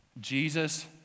Jesus